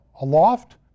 aloft